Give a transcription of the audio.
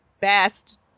best